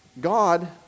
God